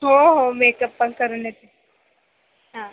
हो हो मेकप पण करून येते हां